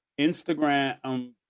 Instagram